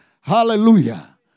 Hallelujah